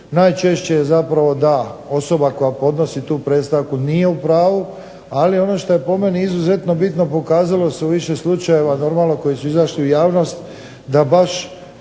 najčešće zapravo da osoba koja podnosi tu predstavku nije u pravu, ali ono što je po meni izuzetno bitno pokazalo se u više slučajeva normalno koji su izašli u javnost, da baš